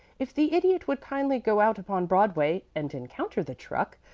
if the idiot would kindly go out upon broadway and encounter the truck,